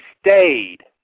stayed